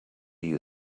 you